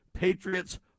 Patriots